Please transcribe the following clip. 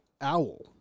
Owl